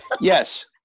Yes